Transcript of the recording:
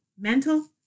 mental